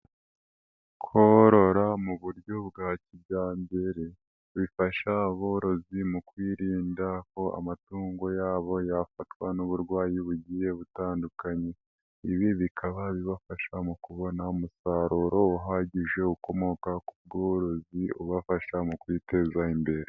Korora mu buryo bwa kijyambere bifasha aborozi mu kwirinda ko amatungo yabo yafatwa n'uburwayi bugiye butandukanye, ibi bikaba bibafasha mu kubona umusaruro uhagije ukomoka ku bworozi ubafasha mu kwiteza imbere.